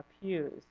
pews